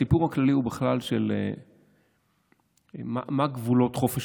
הסיפור הכללי הוא בכלל של מה גבולות חופש